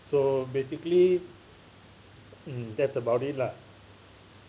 so basically mm that's about it lah